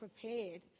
prepared